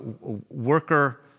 worker